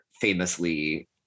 famously